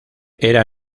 era